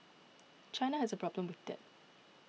China has a problem with debt